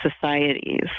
societies